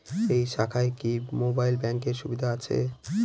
এই শাখায় কি মোবাইল ব্যাঙ্কের সুবিধা আছে?